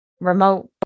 remote